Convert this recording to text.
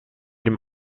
dem